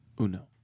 Uno